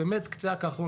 34 מקרים על ירי בכבישים,